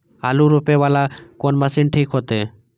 आलू रोपे वाला कोन मशीन ठीक होते?